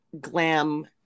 glam